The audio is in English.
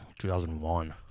2001